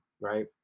right